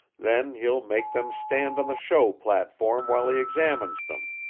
then he'll make them stand on the show platform while he examines them.